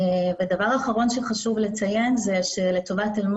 דבר אחרון שחשוב לציין הוא שלטובת תלן